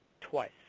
twice